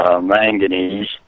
manganese